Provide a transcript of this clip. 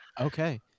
Okay